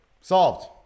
Solved